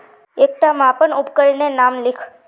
एकटा मापन उपकरनेर नाम लिख?